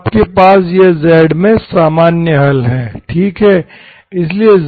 तो आपके पास यह z में सामान्य हल है ठीक है